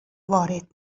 وارد